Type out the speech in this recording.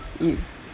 if